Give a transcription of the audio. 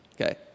okay